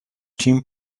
team